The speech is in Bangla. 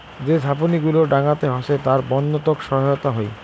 যে ঝাপনি গুলো ডাঙাতে হসে তার বন্য তক সহায়তা হই